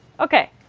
okay.